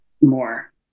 more